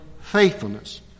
faithfulness